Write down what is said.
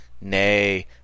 Nay